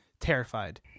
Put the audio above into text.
terrified